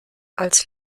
als